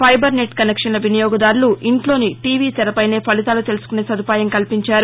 పైబర్నెట్ కనెక్షన్ల వినియోగదారులు ఇంట్లోని టీవీ తెరపైనే ఫలితాలు తెలుసుకునే సదుపాయం కల్పించారు